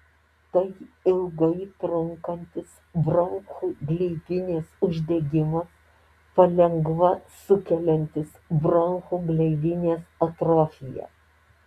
tai ilgai trunkantis bronchų gleivinės uždegimas palengva sukeliantis bronchų gleivinės atrofiją